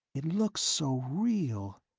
it looks so real,